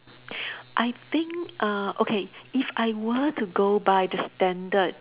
I think uh okay if I were to go by the standard